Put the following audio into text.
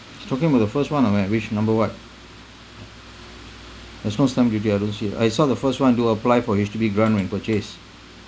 talking about the first one which number what there's no stamp duty I don't see it I saw the first one to apply for H_D_B grant when purchase